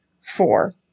four